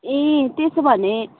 ए त्यसो भने